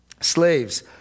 Slaves